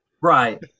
Right